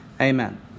Amen